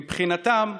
מבחינתם,